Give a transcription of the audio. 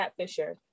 catfisher